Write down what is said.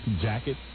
jacket